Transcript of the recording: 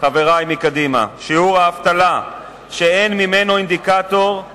חברי מקדימה, שאין אינדיקטור טוב